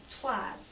twice